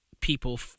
people